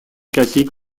classique